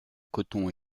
coton